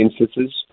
instances